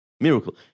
miracle